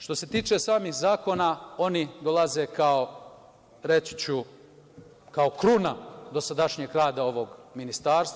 Što se tiče samih zakona, oni dolaze kao, reći ću, kao kruna dosadašnjeg rada ovog ministarstva.